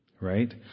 right